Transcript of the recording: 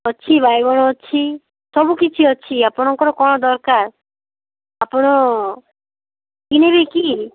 ଅଛି ବାଇଗଣ ଅଛି ସବୁକିଛି ଅଛି ଆପଣଙ୍କର କ'ଣ ଦରକାର ଆପଣ କିଣିବେ କି